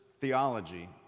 theology